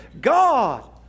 God